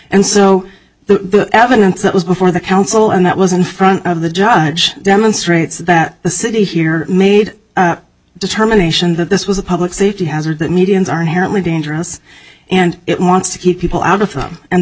and so the evidence that was before the council and that was in front of the judge demonstrates that the city here made a determination that this was a public safety hazard that medians are inherently dangerous and it wants to keep people out of foam and